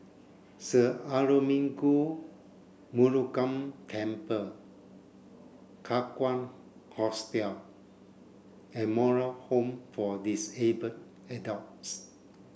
Sir Arulmigu Murugan Temple Kakan Hostel and Moral Home for Disabled Adults